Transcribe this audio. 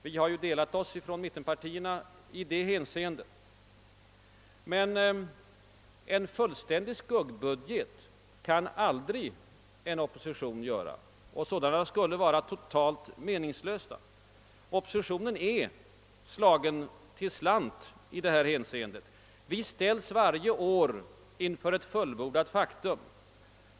Vi har skilt oss från mittenpartierna i det hänseendet och gått längre, men en fullständig skuggbudget kan en opposition aldrig göra. En sådan skulle vara totalt meningslös. Oppositionen är slagen till slant i det hänseendet. Vi ställs varje år inför ett fullbordat faktum.